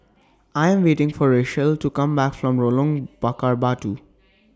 I Am waiting For Rachelle to Come Back from Lorong Bakar Batu